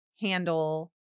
handle